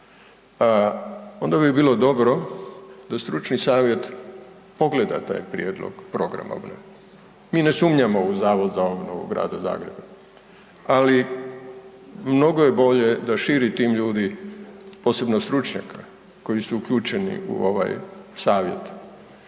onda bi bilo dobro da stručni savjet pogleda taj prijedlog programa obnove. Mi ne sumnjamo u Zavod za obnovu grada Zagreba ali mnogo je bolje da širi tim ljudi posebno stručnjaka koji su uključeni u ovaj savjet,